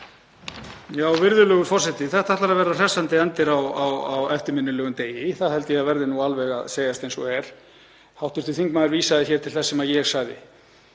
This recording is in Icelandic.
Virðulegur forseti. Þetta ætlar að verða hressandi endir á eftirminnilegum degi, það held ég að verði nú að segjast eins og er. Hv. þingmaður vísaði til þess sem ég sagði.